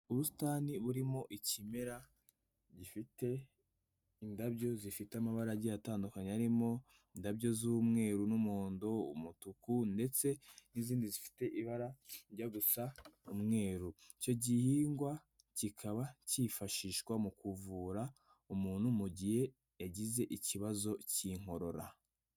Ubusitani burimo ikimera gifite indabyo zifite amabara agiye atandukanye, harimo indabyo z'umweru n'umuhondo, umutuku ndetse n'izindi zifite ibara rijya gusa umweru, icyo gihingwa kikaba cyifashishwa mu kuvura umuntu mu gihe yagize ikibazo cy'inkorora.